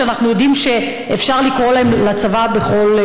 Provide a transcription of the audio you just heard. כשאנחנו יודעים שאפשר לקרוא להם לצבא בכל,